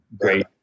great